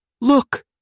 Look